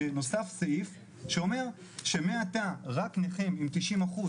שנוסף סעיף שאומר שמעתה רק נכים עם תשעים אחוז